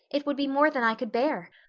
it would be more than i could bear.